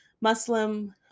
Muslim